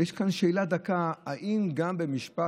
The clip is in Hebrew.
ויש כאן שאלה דקה: האם גם במשפט,